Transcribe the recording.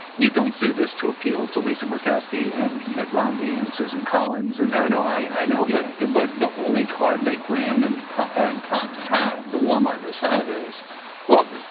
you don't do this to appeal to lisa murkowski and mitt romney and susan collins and no, no, i know but but the only card that graham and cotton and cotton have the warmongers have is well,